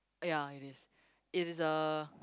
ya it is it is a